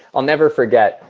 i'll never forget.